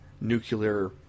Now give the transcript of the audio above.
nuclear